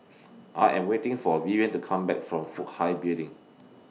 I Am waiting For Vivienne to Come Back from Fook Hai Building